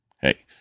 Hey